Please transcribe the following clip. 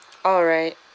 alright